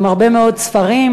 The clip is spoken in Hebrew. גם הרבה מאוד ספרים.